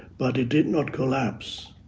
but it did not collapse.